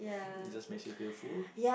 it just makes you feel full